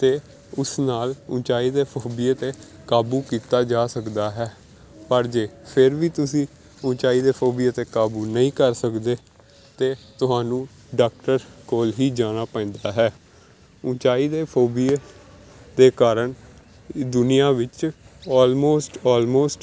ਅਤੇ ਉਸ ਨਾਲ ਉੱਚਾਈ ਦੇ ਫੋਬੀਏ 'ਤੇ ਕਾਬੂ ਕੀਤਾ ਜਾ ਸਕਦਾ ਹੈ ਪਰ ਜੇ ਫਿਰ ਵੀ ਤੁਸੀਂ ਉੱਚਾਈ ਦੇ ਫੋਬੀਏ 'ਤੇ ਕਾਬੂ ਨਹੀਂ ਕਰ ਸਕਦੇ ਤਾਂ ਤੁਹਾਨੂੰ ਡਾਕਟਰ ਕੋਲ ਹੀ ਜਾਣਾ ਪੈਂਦਾ ਹੈ ਉੱਚਾਈ ਦੇ ਫੋਬੀਏ ਦੇ ਕਾਰਨ ਦੁਨੀਆ ਵਿੱਚ ਆਲਮੋਸਟ ਆਲਮੋਸਟ